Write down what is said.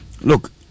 look